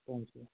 हुन्छ